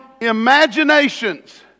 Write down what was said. imaginations